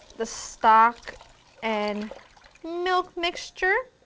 the stock and milk mixture.